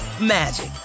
magic